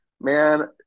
man